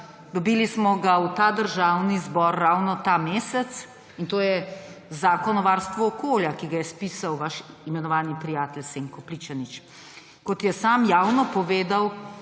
Dobili smo ga v Državni zbor ravno ta mesec in to je Zakon o varstvu okolja, ki ga je spisal vaš imenovani prijatelj Senko Pličanič. Kot je sam javno povedal,